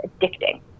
addicting